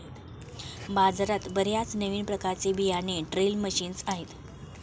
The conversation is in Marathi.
बाजारात बर्याच नवीन प्रकारचे बियाणे ड्रिल मशीन्स आहेत